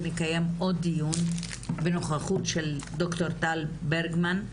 ונקיים עוד דיון בנוכחות של ד"ר טל ברגמן,